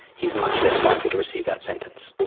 he is much less likely to receive that sentence.